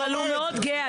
אבל הוא מאוד גאה,